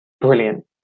brilliant